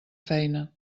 feina